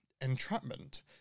Entrapment